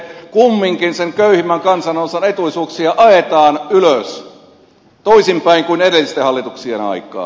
kumminkin sen köyhimmän kansanosan etuisuuksia ajetaan ylös toisinpäin kuin edellisten hallituksien aikaan